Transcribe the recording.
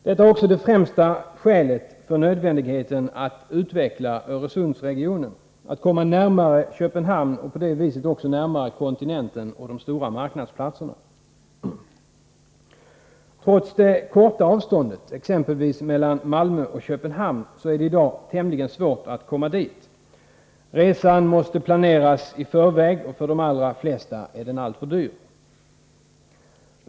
Detta är också det främsta skälet för nödvändigheten att utveckla Öresundsregionen — att komma närmare Köpenhamn och på det viset också närmare kontinenten och de stora marknadsplatserna. Trots det korta avståndet, exempelvis mellan Malmö och Köpenhamn, är det i dag tämligen svårt att komma dit. Resan måste planeras i förväg, och för de allra flesta är den alltför dyr.